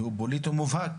פוליטי מובהק.